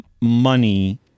money